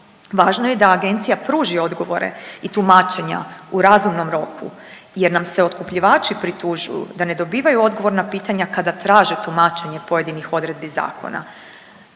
Važno je da agencija pruži odgovore i tumačenja u razumnom roku jer nam se otkupljivači pritužuju da ne dobivaju odgovor na pitanja kada traže tumačenje pojedinih odredbi zakona.